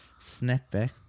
Snapback